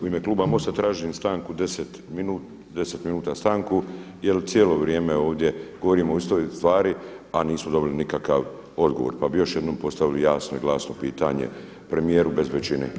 U ime kluba MOST-a tražim stanku 10 minuta, 10 minuta stanku jer cijelo vrijeme ovdje govorimo o istoj stvari a nismo dobili nikakav odgovor pa bih još jednom postavili jasno i glasno pitanje premijeru bez većine.